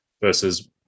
versus